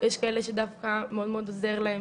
יש כאלה שדווקא מאוד-מאוד עוזר להם